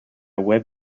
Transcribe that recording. web